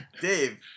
Dave